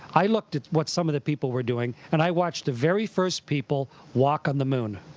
i looked at what some of the people were doing, and i watched the very first people walk on the moon.